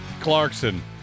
Clarkson